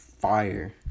Fire